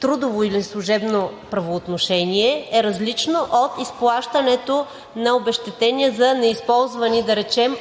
трудово или служебно правоотношение, е различно от изплащането на обезщетения за неизползвани